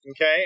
Okay